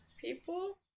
People